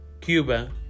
Cuba